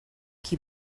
qui